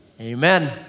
Amen